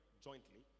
jointly